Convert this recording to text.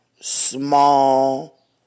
small